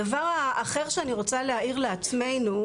הדבר האחר שאני רוצה להעיר לעצמנו,